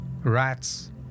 rats